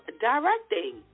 directing